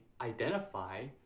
identify